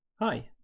Hi